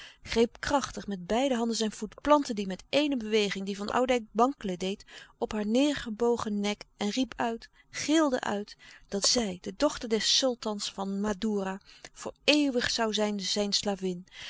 greep krachtig met beide handen zijn voet plantte die met éene beweging die van oudijck wankelen deed op haar neêrgebogen nek en riep uit gilde uit dat zij de dochter louis couperus de stille kracht der sultans van madoera voor eeuwig zoû zijn zijn